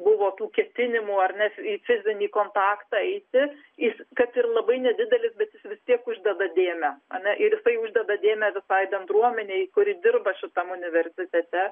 buvo tų ketinimų ar nes į fizinį kontaktą eiti jis kad ir labai nedidelis bet jis vis tiek uždeda dėmę ar ne ir jisai uždeda dėmę visai bendruomenei kuri dirba šitam universitete